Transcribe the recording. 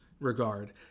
regard